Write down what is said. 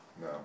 No